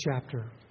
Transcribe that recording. chapter